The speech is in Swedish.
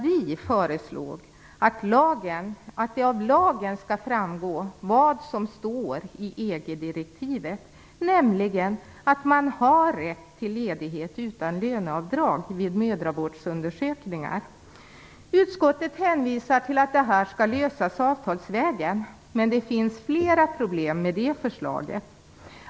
Vi föreslår där att det av lagen skall framgå vad som står i EG-direktivet, nämligen att man har rätt till ledighet utan löneavdrag vid mödravårdsundersökningar. Utskottet hänvisar till att detta skall lösas avtalsvägen, men det finns fler problem med det förslaget.